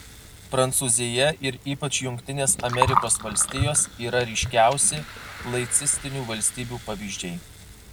prancūzija ir ypač jungtinės amerikos valstijos yra ryškiausi laicistinių valstybių pavyzdžiai